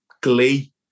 glee